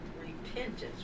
repentance